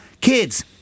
Kids